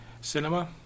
Cinema